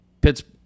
Pittsburgh